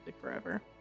forever